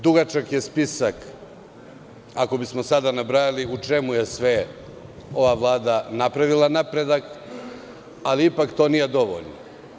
Dugačak je spisak ako bismo sada nabrajali u čemu je sve ova vlada napravila napredak, ali ipak to nije dovoljno.